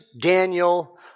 Daniel